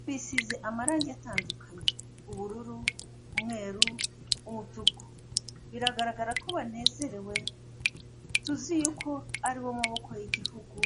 rwisize amarangi atandukanye; ubururu, umweru, umutuku, biragaragara ko banezerewe, tuzi yuko aribo maboko y'igihugu.